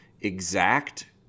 exact